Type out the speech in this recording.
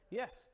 yes